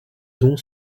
dont